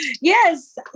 Yes